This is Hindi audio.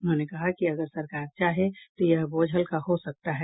उन्होंने कहा कि अगर सरकार चाहे तो यह बोझ हलका हो सकता है